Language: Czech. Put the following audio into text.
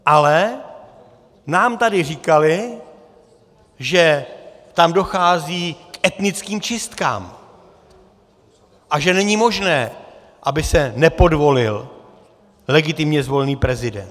Ale nám tady říkali, že tam dochází k etnickým čistkám a že není možné, aby se nepodvolil legitimně zvolený prezident.